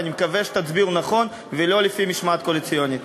ואני מקווה שתצביעו נכון ולא לפי משמעת קואליציונית.